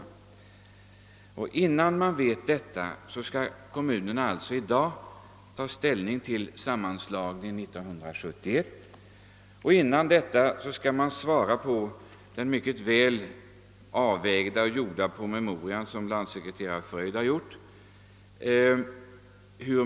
Innan kommunerna känner till detta skall de alltså i dag ta ställning till kommunsammanslagningen år 1971 i sina svar på den mycket väl avvägda promemorian från landssekreterare Fröjd.